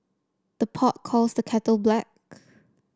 the pot calls the kettle black